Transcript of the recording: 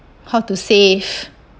how to save